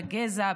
בגזע,